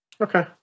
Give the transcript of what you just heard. Okay